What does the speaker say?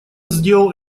сделал